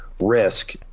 risk